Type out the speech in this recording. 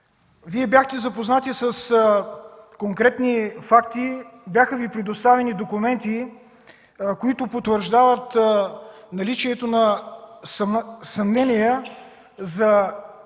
Вие бяхте запознати с конкретни факти, бяха Ви предоставени документи, които потвърждават наличието на съмнения за целенасочено